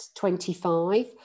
25